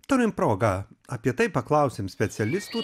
turim progą apie tai paklausėm specialistų